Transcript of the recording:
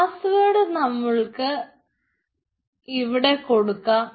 password നമ്മൾക്ക് ഇവിടെ കൊടുക്കണം